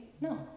no